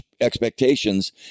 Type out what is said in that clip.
expectations